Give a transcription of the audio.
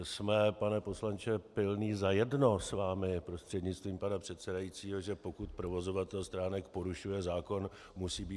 Jsme, pane poslanče Pilný, za jedno s vámi, prostřednictvím pana předsedajícího, že pokud provozovatel stránek porušuje zákon, musí být zakročeno.